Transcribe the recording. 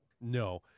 No